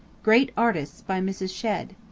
great artists by mrs. shedd.